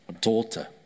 daughter